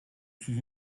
suis